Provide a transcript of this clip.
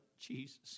Jesus